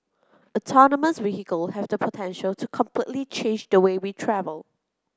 autonomous vehicle have the potential to completely change the way we travel